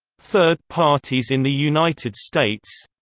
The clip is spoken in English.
third parties in the united states